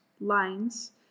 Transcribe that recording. lines